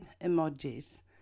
emojis